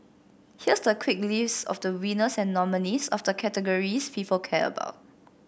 here's the quick list of the winners and nominees of the categories people care about